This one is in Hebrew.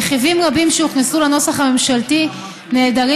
רכיבים רבים שהוכנסו לנוסח הממשלתי נעדרים